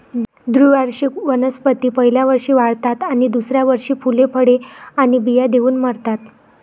द्विवार्षिक वनस्पती पहिल्या वर्षी वाढतात आणि दुसऱ्या वर्षी फुले, फळे आणि बिया देऊन मरतात